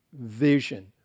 vision